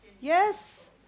Yes